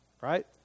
right